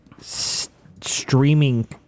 streaming